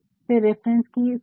और फिर रिफरेन्स की सूची